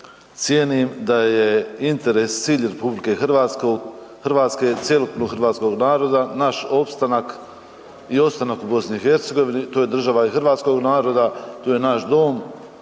Cijenim da je interes tj. cilj RH i cjelokupnog hrvatskog naroda, naš opstanak i opstanak i opstanak u BiH-u, to je država i hrvatskog naroda, tu je naš doma,